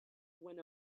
when